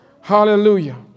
Hallelujah